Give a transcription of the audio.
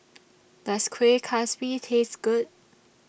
Does Kuih Kaswi Taste Good